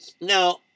Now